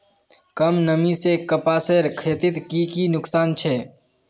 कम नमी से कपासेर खेतीत की की नुकसान छे?